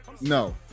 No